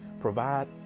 provide